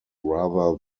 rather